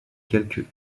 quelques